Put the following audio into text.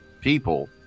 people